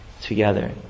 together